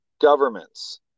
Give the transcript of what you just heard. governments